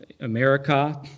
America